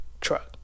truck